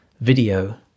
video